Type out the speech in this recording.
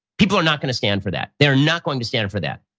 people are not gonna stand for that. they're not going to stand for that.